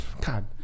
God